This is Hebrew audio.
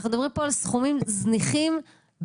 אנחנו מדברים פה על סכומים זניחים ביותר.